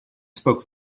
spoke